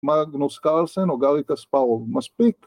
‫מאגנוס קרלסן או גארי קספרוב. ‫מספיק.